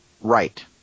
right